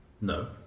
No